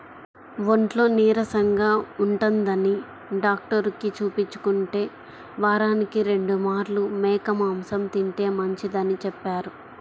ఒంట్లో నీరసంగా ఉంటందని డాక్టరుకి చూపించుకుంటే, వారానికి రెండు మార్లు మేక మాంసం తింటే మంచిదని చెప్పారు